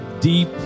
deep